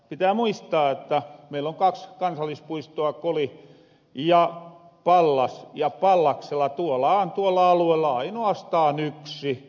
pitää muistaa että meill on kaks kansallispuistoa koli ja pallas ja pallaksella on tuolla alueella ainoastaan yksi